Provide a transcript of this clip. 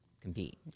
compete